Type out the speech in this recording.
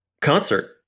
concert